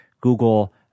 Google